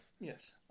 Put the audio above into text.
Yes